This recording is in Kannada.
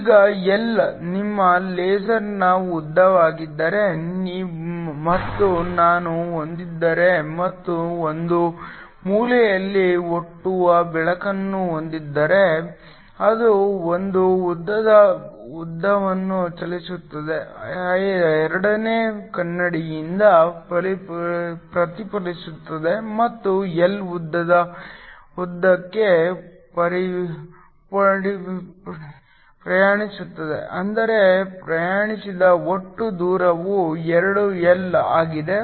ಈಗ L ನಿಮ್ಮ ಲೇಸರ್ನ ಉದ್ದವಾಗಿದ್ದರೆ ಮತ್ತು ನಾನು ಹೊಂದಿದ್ದರೆ ಮತ್ತು ಒಂದು ಮೂಲೆಯಲ್ಲಿ ಹುಟ್ಟುವ ಬೆಳಕನ್ನು ಹೊಂದಿದ್ದರೆ ಅದು ಒಂದು ಉದ್ದದ ಉದ್ದವನ್ನು ಚಲಿಸುತ್ತದೆ ಎರಡನೇ ಕನ್ನಡಿಯಿಂದ ಪ್ರತಿಫಲಿಸುತ್ತದೆ ಮತ್ತು L ಉದ್ದದ ಉದ್ದಕ್ಕೆ ಪ್ರಯಾಣಿಸುತ್ತದೆ ಅಂದರೆ ಪ್ರಯಾಣಿಸಿದ ಒಟ್ಟು ದೂರವು 2 L ಆಗಿದೆ